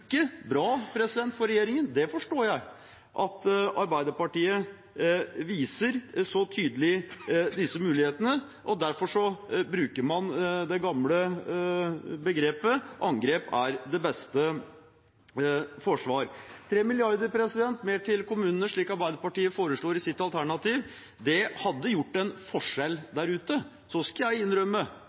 ikke bra for regjeringen, det forstår jeg, at Arbeiderpartiet så tydelig viser disse mulighetene. Derfor bruker man det gamle begrepet: Angrep er det beste forsvar. 3 mrd. kr mer til kommunene, slik Arbeiderpartiet foreslår i sitt alternativ, hadde gjort en forskjell der ute. Jeg skal innrømme